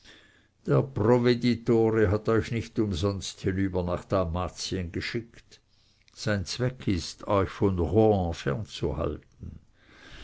der provveditore hat euch nicht umsonst hinüber nach dalmatien geschickt sein zweck ist euch von rohan fernzuhalten